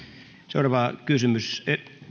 seuraava kysymys